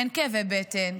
אין כאבי בטן,